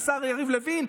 השר יריב לוין,